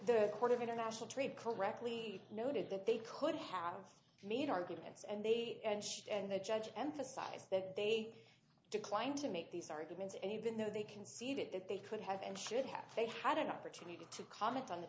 the court of international trade correctly noted that they could have made arguments and they and should and the judge emphasized that they declined to make these arguments and even though they conceded that they could have and should have they had an opportunity to comment on the